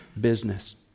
business